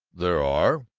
there are,